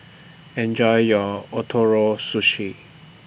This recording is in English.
Enjoy your Ootoro Sushi